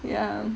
ya